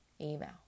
email